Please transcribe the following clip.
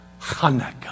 Hanukkah